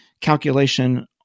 calculation